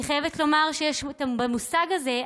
אני חייבת לומר שיש במושג הזה,